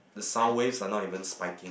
the sound waves are not even spiking